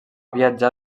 viatjar